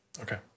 okay